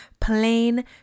plain